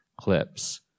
clips